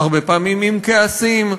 הרבה פעמים עם כעסים,